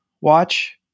watch